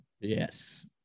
Yes